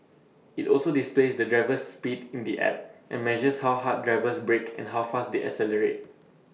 IT also displays the driver's speed in the app and measures how hard drivers brake and how fast they accelerate